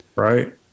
Right